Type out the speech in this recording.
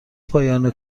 پایان